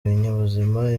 ibinyabuzima